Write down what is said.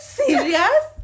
serious